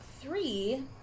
three